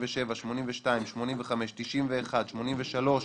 87%, 82%, 85%, 91%, 83%,